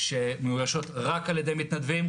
שמאוישות רק על ידי מתנדבים,